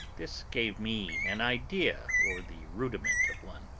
this gave me an idea, or the rudiment of one.